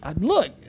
Look